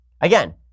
Again